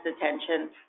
attention